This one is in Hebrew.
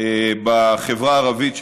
בחברה הערבית,